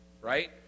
Right